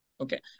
Okay